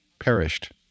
Perished